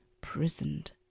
prisoned